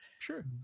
Sure